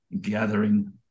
gathering